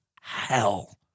hell